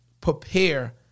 prepare